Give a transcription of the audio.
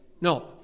No